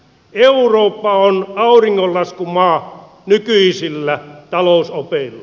eurooppa on auringonlaskun maa nykyisillä talousopeilla